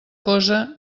cosa